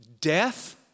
death